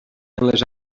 les